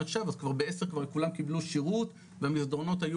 אז כבר בעשר כבר כולם קיבלו שירות והמסדרונות היו